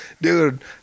dude